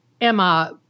Emma